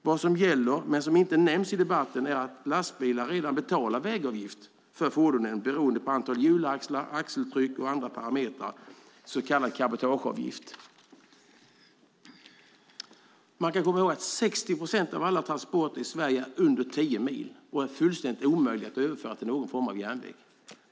Vad som gäller, men som inte nämns i debatten, är att lastbilsägare redan betalar vägavgift för fordonen beroende på antal hjulaxlar, axeltryck och andra parametrar, så kallad cabotageavgift. 60 procent av alla transporter i Sverige sker på sträckor under tio mil och är fullständigt omöjliga att överföra till någon form av järnväg.